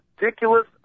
ridiculous